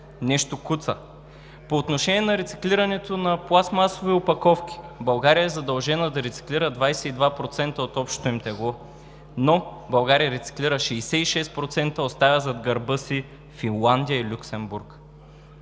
Нещо куца! По отношение на рециклирането на пластмасови опаковки. България е задължена да рециклира 22% от общото им тегло, но България рециклира 66% – оставя зад гърба си Финландия и Люксембург.